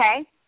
Okay